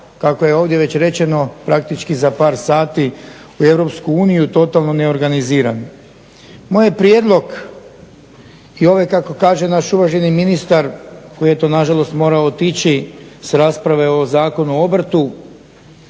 kako je ovdje već rečeno praktički za par sati u EU totalno neorganizirani. Moj je prijedlog i ovo kako kaže naš uvaženi ministar koji je eto na žalost morao otići sa rasprave o Zakonu o obrtu